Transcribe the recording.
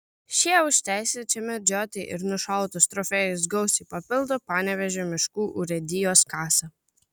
šie už teisę čia medžioti ir nušautus trofėjus gausiai papildo panevėžio miškų urėdijos kasą